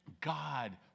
God